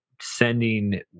sending